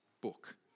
book